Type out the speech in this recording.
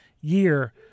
year